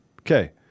Okay